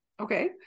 Okay